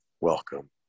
welcome